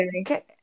okay